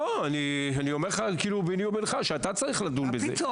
אני אומר ביני לבינך שאתה צריך לדון בזה,